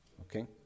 Okay